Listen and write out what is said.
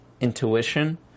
intuition